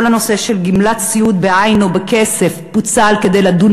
כל הנושא של גמלת סיעוד בעין או בכסף פוצל כדי לדון